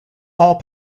all